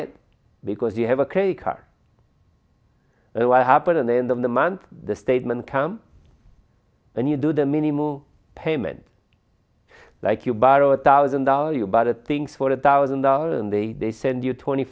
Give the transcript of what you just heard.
it because you have a cake or what happened in the end of the month the statement come and you do the minimum payment like you borrow a thousand dollar you buy the things for a thousand dollars and they send you twenty